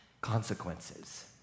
consequences